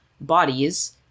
bodies